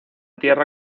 tierra